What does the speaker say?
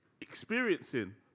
experiencing